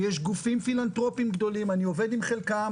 ויש גופים פילנתרופיים גדולים אני עובד עם חלקם,